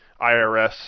irs